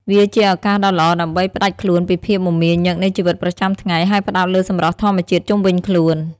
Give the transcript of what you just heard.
វាជាឱកាសដ៏ល្អដើម្បីផ្តាច់ខ្លួនពីភាពមមាញឹកនៃជីវិតប្រចាំថ្ងៃ ហើយផ្តោតលើសម្រស់ធម្មជាតិជុំវិញខ្លួន។